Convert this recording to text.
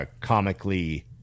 comically